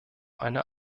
eine